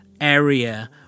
area